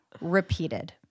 repeated